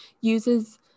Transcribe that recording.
uses